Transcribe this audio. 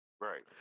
right